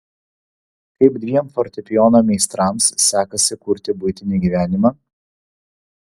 kaip dviem fortepijono meistrams sekasi kurti buitinį gyvenimą